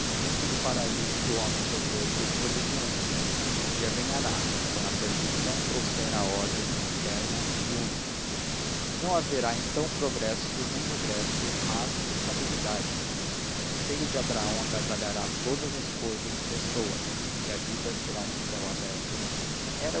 recanto do paraíso que o homem perdeu por desobediente e um dia ganhará quando a perfeição trouxer a ordem eterna e única não haverá então progresso nem regresso mas estabilidade o seio de abraão agasalhará todas as cousas e pessoas e a vida será um céu aberto era